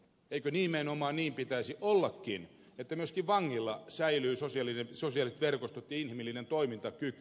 eikö nimenomaan niin pitäisi ollakin että myöskin vangilla säilyy sosiaaliset verkostot ja inhimillinen toimintakyky